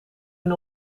hun